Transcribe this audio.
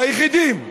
היחידים.